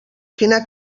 quina